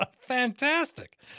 fantastic